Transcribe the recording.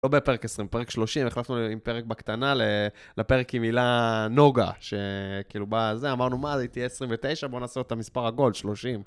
לא בפרק 20, פרק 30, החלפנו עם פרק בקטנה לפרק עם מילה נוגה, שכאילו בא זה, אמרנו מה, זה תהיה 29, בוא נעשה אותה מספר עגול, 30.